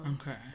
Okay